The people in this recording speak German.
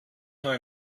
neue